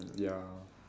ya